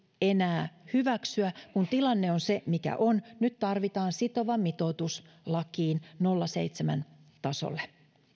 enää hyväksyä kun tilanne on se mikä on nyt tarvitaan sitova mitoitus lakiin nolla pilkku seitsemän tasolle